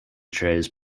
trays